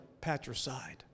patricide